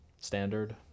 standard